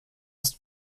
ist